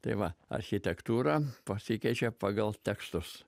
tai va architektūra pasikeičia pagal tekstus